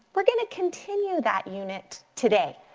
we're gonna continue that unit today.